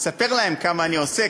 לספר להם כמה אני עושה,